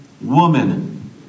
woman